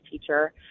teacher